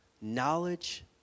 Knowledge